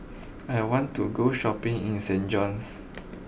I want to go Shopping in Saint John's